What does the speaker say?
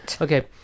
Okay